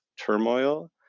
turmoil